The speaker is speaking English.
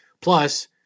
Plus